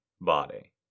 body